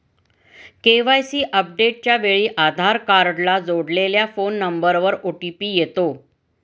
KYC अपडेटच्या वेळी आधार कार्डला जोडलेल्या फोन नंबरवर ओ.टी.पी येतो